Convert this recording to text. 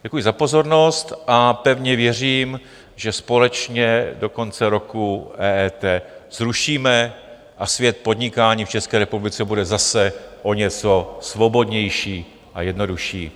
Děkuji za pozornost a pevně věřím, že společně do konce roku EET zrušíme a svět podnikání v České republice bude zase o něco svobodnější a jednodušší.